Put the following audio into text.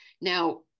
Now